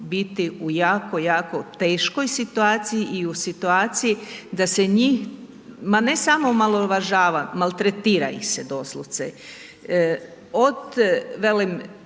biti u jako, jako teškoj situaciji i u situaciju da se njih, ma ne samo omalovažava, maltretira ih se doslovce, od velim